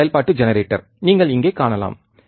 இது செயல்பாட்டு ஜெனரேட்டர் நீங்கள் இங்கே காணலாம்